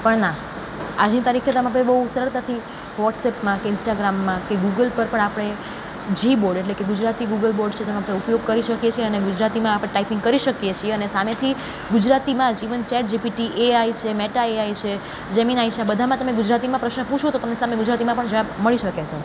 પણ ના આજની તારીખે તમે કંઈ બહુ સરળતાથી વોટ્સેપમાં ઇન્સ્ટાગ્રામમાં કે ગૂગલ પર પણ આપણે જી બોર્ડ એટલે કે ગુજરાતી ગૂગલ બોર્ડ છે ઉપયોગ કરી શકીએ છીએ અને ગુજરાતીમાં આપણે ટાઈપિંગ કરી શકીએ છીએ અને સામેથી ગુજરાતીમાં જીવન ચેટજીપીટી એઆઈ છે મેટા એઆઈ છે જેમીનાઈ છે બધામાં તમે ગુજરાતીમાં પ્રશ્ન પૂછો તો તમને સામે ગુજરાતીમાં પણ જવાબ મળી શકે છે